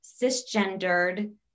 cisgendered